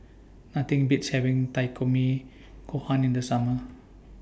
Nothing Beats having Takikomi Gohan in The Summer